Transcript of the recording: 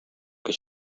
que